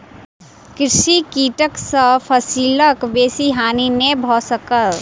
कृषि कीटक सॅ फसिलक बेसी हानि नै भ सकल